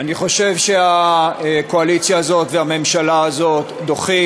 אני חושב שהקואליציה הזאת והממשלה הזאת דוחות